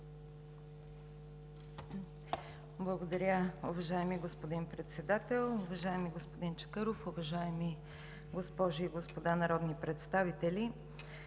Благодаря, уважаеми господин Председател. Уважаеми господин Шопов, уважаеми госпожи и господа народни представители!